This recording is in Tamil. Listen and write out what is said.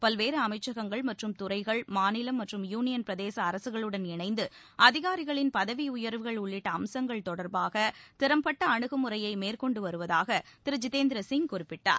பல்வேறு அமைச்சகங்கள் மற்றும் துறைகள் மாநிலம் மற்றும் யூனியன் பிரதேச அரசுகளுடன் இணைந்து அதிகாரிகளின் பதவி உயர்வுகள் உள்ளிட்ட அம்சங்கள் தொடர்பாக திறம்பட்ட அணுகுமுறையை மேற்கொண்டு வருவதாக திரு ஜிதேந்திர சிங் குறிப்பிட்டார்